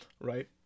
right